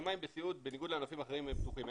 השמיים בסיעוד בניגוד לענפים אחרים הם פתוחים,